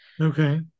okay